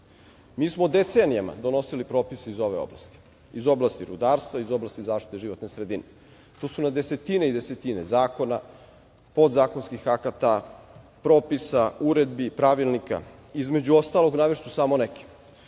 Mi smo decenijama donosili propise iz ove oblasti, iz oblasti rudarstva, oblasti zaštite životne sredine. Tu su na desetine i desetine zakona, podzakonskih akata, propisa, uredbi, pravilnika. Između ostalog, navešću samo neke